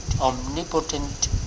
omnipotent